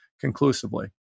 conclusively